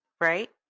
Right